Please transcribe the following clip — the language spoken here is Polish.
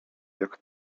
jak